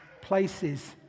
places